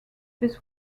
this